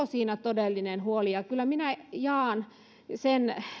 siinä todellinen huoli kyllä minä jaan sen